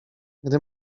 gdy